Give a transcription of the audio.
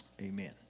Amen